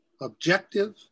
objective